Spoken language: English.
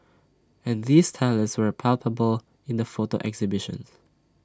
and these talents were palpable in the photo exhibitions